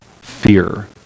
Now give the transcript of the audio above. fear